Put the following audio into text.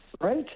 right